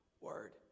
word